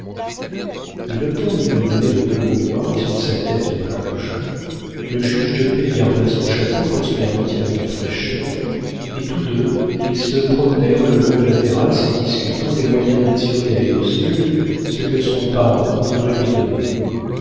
le docteur mit un bonnet de velours noir sur sa tête blanche le juge de paix garda son chapeau pour se garantir de la fraîcheur et tous deux ils se promenèrent le long de la terrasse en discutant les moyens d'assurer à ursule ce que son parrain voudrait lui donner